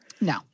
No